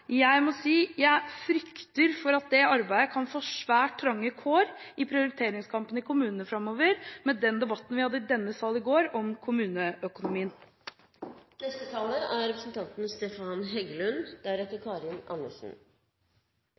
Jeg må si at jeg frykter at det arbeidet kan få svært trange kår i prioriteringskampen i kommunene framover, med tanke på den debatten vi hadde i denne salen i går, om kommuneøkonomien. Jeg har lyst til å rette en stor takk til interpellanten, representanten